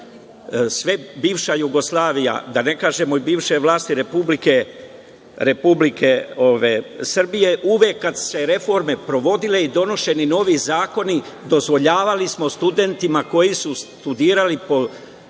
bivša Jugoslavija, da ne kažem bivše vlasti Republike Srbije uvek kada su se reforme sprovodile i donosili novi zakoni, dozvoljavali smo studentima koji su studirali po